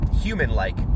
human-like